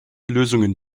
lösungen